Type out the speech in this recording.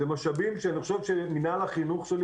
אלה משאבים שאני חושב שמינהל החינוך שלי